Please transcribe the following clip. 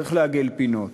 צריך לעגל פינות.